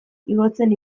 igotzen